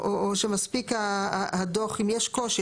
או שמספיק הדוח, אם יש קושי.